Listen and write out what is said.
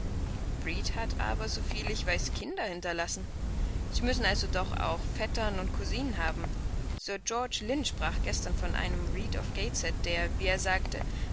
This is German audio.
reed hat aber so viel ich weiß kinder hinterlassen sie müssen also doch auch vettern und cousinen haben sir george lynn sprach gestern von einem reed auf gateshead der wie er sagte